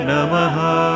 Namaha